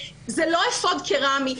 שזה לא אפוד קרמי.